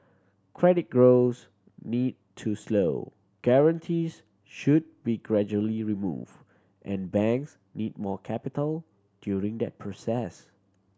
credit growth need to slow guarantees should be gradually removed and banks need more capital during that process